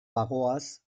bagoaz